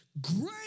Great